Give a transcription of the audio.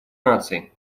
наций